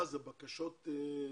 מה, זה בקשות מקבילות?